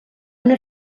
una